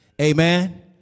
Amen